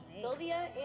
Sylvia